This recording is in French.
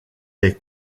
est